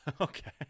Okay